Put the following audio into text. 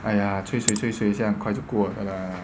!aiya! cui cui cui cui 这样就过了 ah